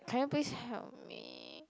can you please help me